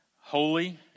holy